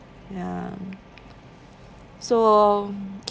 ya so